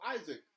Isaac